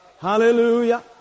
hallelujah